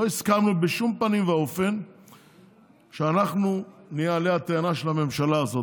לא הסכמנו בשום פנים ואופן שאנחנו נהיה עלה התאנה של הממשלה הזאת,